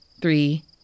three